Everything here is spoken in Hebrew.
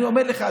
אני אומר לך,